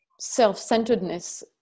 self-centeredness